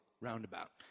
Roundabout